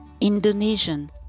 Indonesian